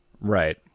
Right